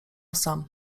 sam